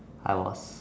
I was